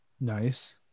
nice